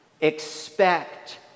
expect